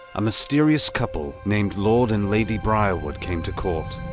a mysterious couple named lord and lady briarwood came to court.